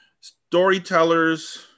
storytellers